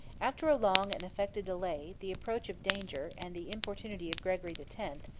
after a long and affected delay, the approach of danger, and the importunity of gregory the tenth,